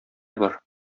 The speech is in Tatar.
бар